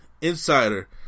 Insider